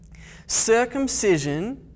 Circumcision